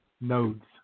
nodes